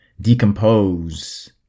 decompose